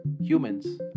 humans